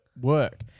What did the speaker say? work